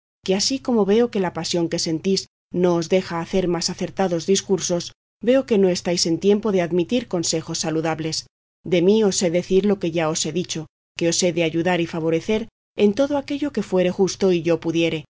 que así como veo que la pasión que sentís no os deja hacer más acertados discursos veo que no estáis en tiempo de admitir consejos saludables de mí os sé decir lo que ya os he dicho que os he de ayudar y favorecer en todo aquello que fuere justo y yo pudiere